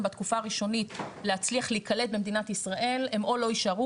בתקופה הראשונית להצליח להיקלט במדינת ישראל הם או לא יישארו